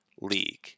league